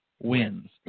Wins